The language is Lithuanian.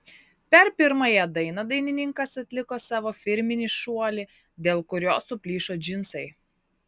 per pirmąją dainą dainininkas atliko savo firminį šuolį dėl kurio suplyšo džinsai